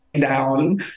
down